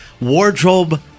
wardrobe